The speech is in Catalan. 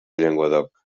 llenguadoc